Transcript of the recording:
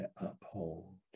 uphold